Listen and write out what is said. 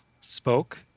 spoke